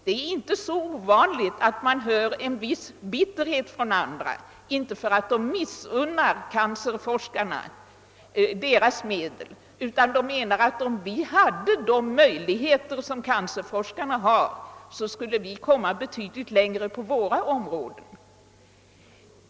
Det är inte så ovanligt att man hör bitterhet yppas av andra forskare, inte därför att de missunnar cancerforskarna deras medel utan därför att de menar att om de hade de möjligheter cancerforskarna har skulle de komma betydligt längre på sina områden.